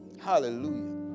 Hallelujah